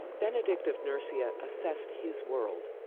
benedict of nursia assessed his world,